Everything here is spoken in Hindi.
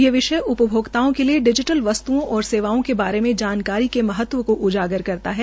ये विषय उपभोकताओं के लिये डिजीटल वस्त्ओं और सेवाओं के बारे में जानकारी की महत्व को उजागर करता है